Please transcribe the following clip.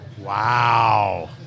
Wow